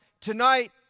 Tonight